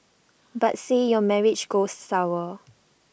but say your marriage goes sour